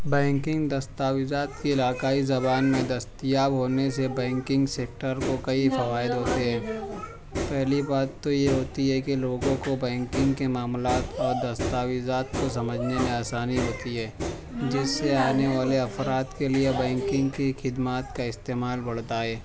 banking دستاویزات کے علاقائی زبان میں دستیاب ہونے سے بینکنگ سیکٹر کو کئی فوائد ہوتے ہیں پہلی بات تو یہ ہوتی ہے کہ لوگوں کو بینکنگ کے معاملات اور دستاویزات کو سمجھنے میں آسانی ہوتی ہے جس سے آنے والے افراد کے لیے بینکنگ کی خدمات کا استعمال بڑتا ہے